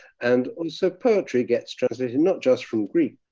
and also poetry gets translated not just from greek,